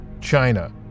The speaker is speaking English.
China